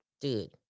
Dude